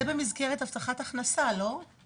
זה במסגרת הבטחת הכנסה לא?